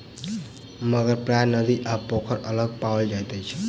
मगर प्रायः नदी आ पोखैर लग पाओल जाइत अछि